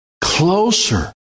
closer